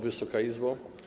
Wysoka Izbo!